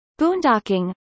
Boondocking